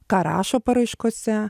ką rašo paraiškose